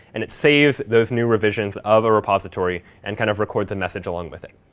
and it saves those new revisions of a repository and kind of records a message along with it.